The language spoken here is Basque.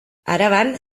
araban